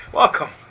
Welcome